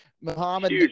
Muhammad